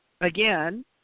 again